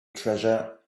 treasure